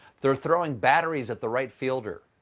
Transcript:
they're throwing batteries at the right fielder.